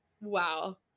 Wow